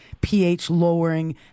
pH-lowering